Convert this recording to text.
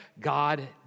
God